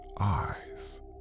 eyes